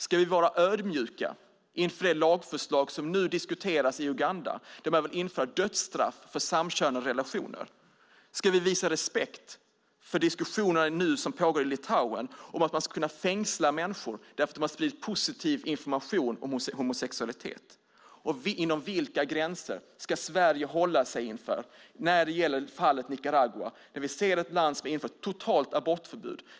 Ska vi vara ödmjuka inför det lagförslag som nu diskuteras i Uganda där man vill införa dödstraff för samkönade relationer? Ska vi visa respekt för de diskussioner som nu pågår i Litauen om att man ska kunna fängsla människor därför att de har spridit positiv information om homosexualitet? Inom vilka gränser ska Sverige hålla sig när det gäller Nicaragua där vi ser ett land som har infört ett totalt abortförbud?